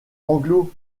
anglo